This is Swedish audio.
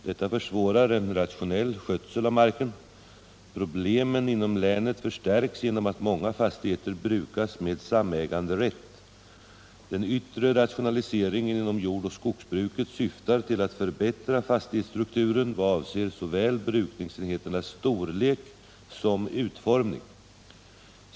Detta försvårar en rationell skötsel av marken. Problemen inom länet förstärks genom att många fastigheter brukas med samiäganderätt. Den yttre rationaliseringen inom jord och skogsbruket syftar till au förbittra fastighetsstrukturen vad avser såväl brukningsenheternas storlek som utformning.